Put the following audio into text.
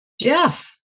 Jeff